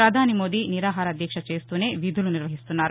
ప్రధాని మోదీ నిరాహార దీక్ష చేస్తూనే విధులు నిర్వర్తిస్తున్నారు